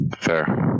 Fair